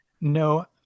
No